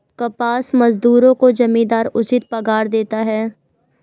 कपास मजदूरों को जमींदार उचित पगार देते हैं